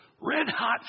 red-hot